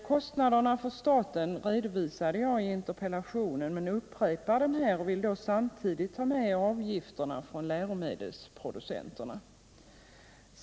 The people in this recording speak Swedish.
Kostnaderna för staten redovisade jag i interpellationen men upprepar dem här och vill då samtidigt ta med avgifterna från läromedelsproducenterna.